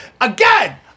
again